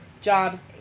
jobs